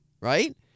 right